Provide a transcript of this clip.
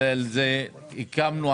הקמנו,